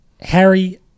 Harry